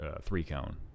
three-cone